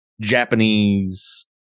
Japanese